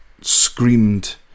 screamed